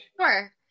sure